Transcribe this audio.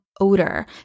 odor